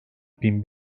bin